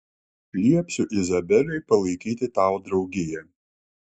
liepsiu izabelei palaikyti tau draugiją